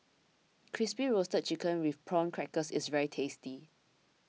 Crispy Roasted Chicken with Prawn Crackers is very tasty